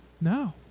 No